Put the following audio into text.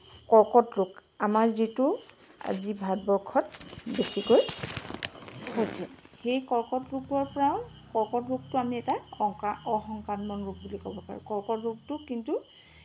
কৰ্কট ৰোগ আমাৰ যিটো আজি ভাৰতবৰ্ষত বেছিকৈ হৈছে সেই কৰ্কট ৰোগৰপৰাও কৰ্কট ৰোগটো আমি এটা অসংক্ৰাত্মক ৰোগ বুলি ক'ব পাৰোঁ কৰ্কট ৰোগটো কিন্তু